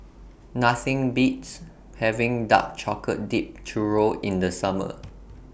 Nothing Beats having Dark Chocolate Dipped Churro in The Summer